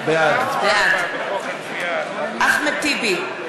בעד אחמד טיבי,